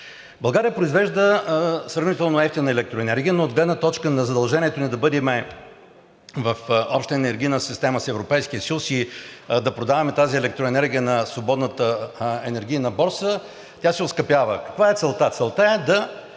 България произвежда сравнително евтина електроенергия, но от гледна точка на задължението ни да бъдем в обща енергийна система с Европейския съюз и да продаваме тази електроенергия на свободната енергийна борса, тя се оскъпява. Каква е целта?